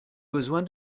besoin